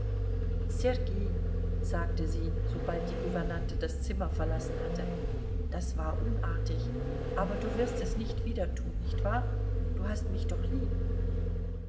sergei sagte sie sobald die gouvernante das zimmer verlassen hatte das war unartig aber du wirst es nicht wieder tun nicht wahr du hast mich doch lieb